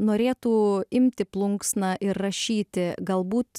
norėtų imti plunksną ir rašyti galbūt